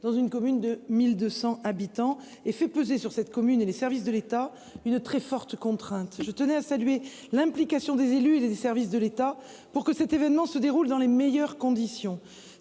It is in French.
dans une commune de 1 200 habitants. Cela fait peser sur cette dernière et les services de l'État une très forte contrainte. Je tiens à saluer l'implication des élus et des services de l'État pour que cet événement se déroule dans les meilleures conditions.